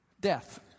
death